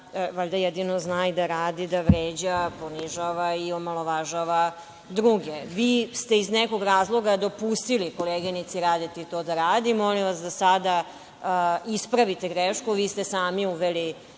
stranka jedino valjda i da radi, da vređa, ponižava i omalovažava druge. Vi ste iz nekog razloga dopustili koleginici Radeti da radi, molim vas da sada ispravite grešku. Sami ste uveli